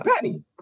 Penny